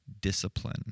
discipline